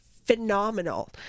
phenomenal